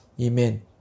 Amen